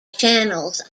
channels